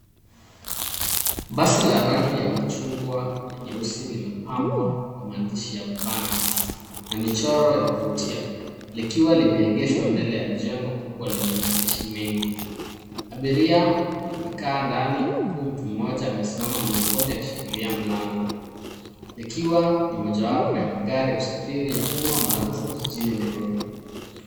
Basi la rangi ya machungwa na nyeusi limepambwa kwa maandishi ya Vans, na michoro ya kuvutia. Likiwa limeegeshwa mbele ya jengo kubwa lenye maandishi mengi. Abiria wamekaa ndani, huku mtu mmoja amesimama mlangoni akishikilia mlango, likiwa ni mmojawapo ya magari ya usafiri ya umma maharufu jijini Nairobi.